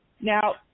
Now